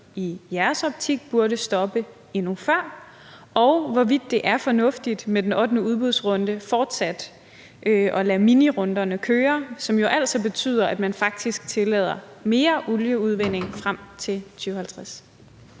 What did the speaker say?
i jeres optik burde stoppe endnu før, og i forhold til hvorvidt det fortsat er fornuftigt med den ottende udbudsrunde med hensyn til at lade minirunderne køre, hvilket jo altså betyder, at man faktisk tillader mere olieudvinding frem til 2050.